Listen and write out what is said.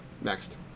Next